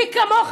מי כמוך,